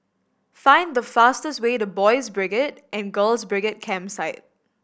find the fastest way to Boys' Brigade and Girls' Brigade Campsite